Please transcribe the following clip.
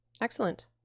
Excellent